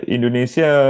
Indonesia